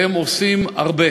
והם עושים הרבה.